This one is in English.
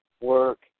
work